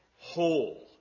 whole